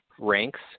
ranks